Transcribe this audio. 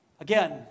Again